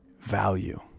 value